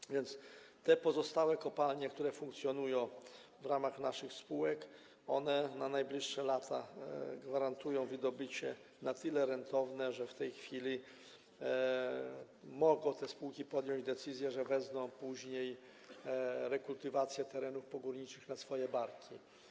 Tak więc te pozostałe kopalnie, które funkcjonują w ramach naszych spółek, na najbliższe lata gwarantują wydobycie na tyle rentowne, że w tej chwili mogą te spółki podjąć decyzję, że wezmą później rekultywację terenów pogórniczych na swoje barki.